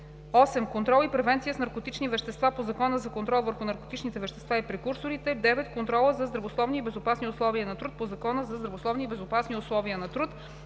8. контрол и превенция с наркотични вещества по Закона за контрол върху наркотичните вещества и прекурсорите; 9. контрола за здравословни и безопасни условия на труд по Закона за здравословни и безопасни условия на труд;